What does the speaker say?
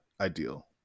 ideal